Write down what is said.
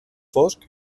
fosc